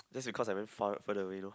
that's because I went far further away no